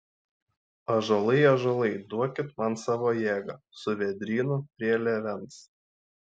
ąžuolai ąžuolai duokit man savo jėgą su vėdrynu prie lėvens